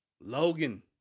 Logan